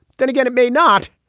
then again it may not.